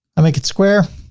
i make it square.